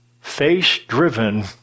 face-driven